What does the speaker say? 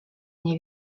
mnie